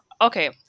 okay